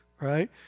right